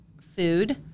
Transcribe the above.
food